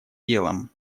делом